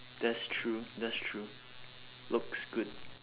that's true that's true looks good